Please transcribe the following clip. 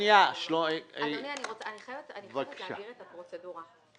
אדוני, אני חייבת להסביר את הפרוצדורה.